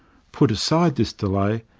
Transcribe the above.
put aside this delay,